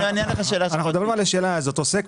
אני אענה לך על השאלה שלך.